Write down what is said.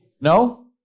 No